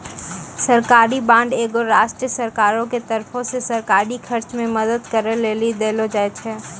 सरकारी बांड एगो राष्ट्रीय सरकारो के तरफो से सरकारी खर्च मे मदद करै लेली देलो जाय छै